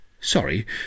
Sorry